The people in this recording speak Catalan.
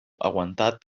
aguantat